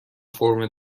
فرم